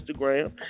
Instagram